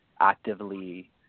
actively